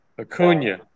Acuna